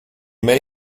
may